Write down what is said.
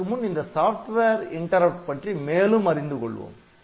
அதற்குமுன் இந்த software interrupt பற்றி மேலும் அறிந்து கொள்வோம்